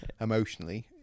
emotionally